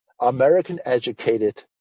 American-educated